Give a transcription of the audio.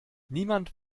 niemand